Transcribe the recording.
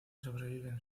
sobreviven